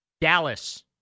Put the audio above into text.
Dallas